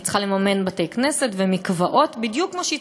היא צריכה לממן בתי-כנסת ומקוואות בדיוק כמו שהיא